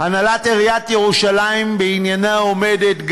הנהלת עיריית ירושלים בעניינה עומדת.